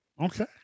Okay